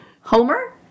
Homer